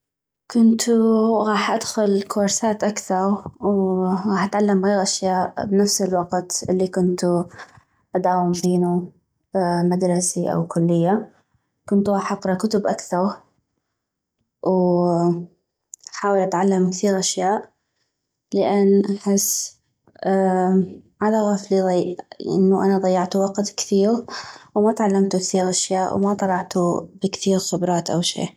كنتو غاح ادخل كورسات أكثغ وغاح اتعلم غيغ اشياء بنفس الوقت الي كنتو اداوم بينو مدرسي او كلية كنتو غاح اقرا كتب أكثغ واحاول اتعلم كثيغ أشياء لان احس على غفلي انو انا ضيعتو وقت كثيغ وما تعلمتو اشياء وما طلعتو بكثيغ خبرات او شي